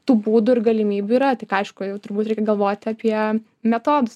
tų būdų ir galimybių yra tik aišku jau turbūt reikia galvoti apie metodus